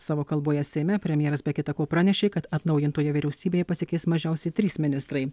savo kalboje seime premjeras be kita ko pranešė kad atnaujintoje vyriausybėje pasikeis mažiausiai trys ministrai